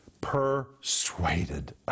persuaded